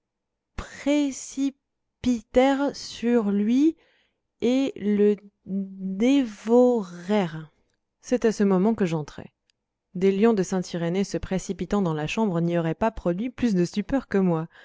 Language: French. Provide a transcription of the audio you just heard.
rent sur lui et le dé vo rè rent c'est à ce moment que j'entrai les lions de saint irénée se précipitant dans la chambre n'y auraient pas produit plus de stupeur que moi